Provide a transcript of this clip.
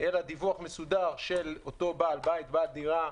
אלא דיווח מסודר של אותו בעל בית, בעל דירה,